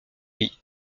vie